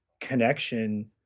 connection